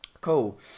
Cool